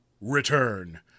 Return